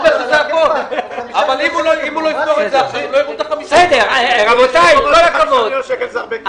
הם לא יראו את החמישה מיליון שקלים.